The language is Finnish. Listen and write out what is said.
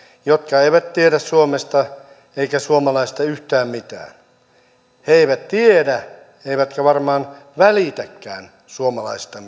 jotka eivät tiedä suomesta eivätkä suomalaisista yhtään mitään he eivät tiedä eivätkä varmaan välitäkään suomalaisista